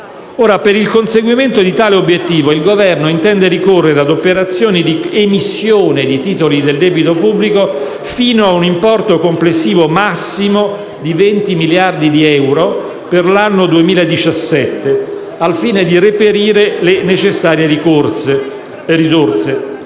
Per il conseguimento di tale obiettivo, il Governo intende ricorrere a operazioni di emissione di titoli del debito pubblico fino ad un importo complessivo massimo di 20 miliardi di euro per l'anno 2017 al fine di reperire le necessarie risorse.